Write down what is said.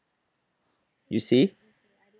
you see